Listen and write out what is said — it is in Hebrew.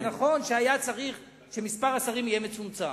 זה נכון שהיה צריך שמספר השרים יהיה מצומצם.